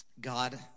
god